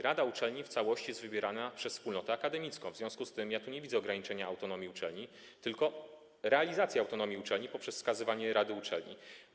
Rada uczelni w całości jest wybierana przez wspólnotę akademicką, w związku z tym nie widzę tu ograniczenia autonomii uczelni, tylko realizację autonomii uczelni poprzez wskazywanie rady uczelni.